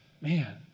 man